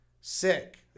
sick